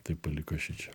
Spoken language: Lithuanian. tai paliko šičia